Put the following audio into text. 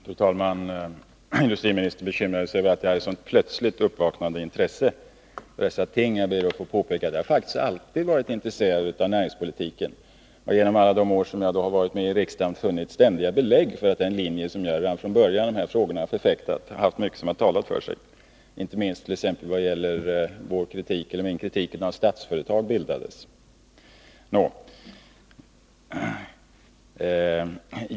Fru talman! Industriministern bekymrade sig över mitt plötsligt uppvaknande intresse för ting av detta slag. Jag ber då att få påpeka att jag faktiskt alltid har varit intresserad av näringspolitiken. Under alla de år som jag varit medi riksdagen har jag ständigt funnit belägg för att mycket talat för den linje som jag redan från början förfäktade i de här frågorna, inte minst i vad gäller t.ex. min kritik med anledning av att Statsföretag AB bildades.